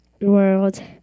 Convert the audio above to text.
world